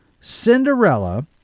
Cinderella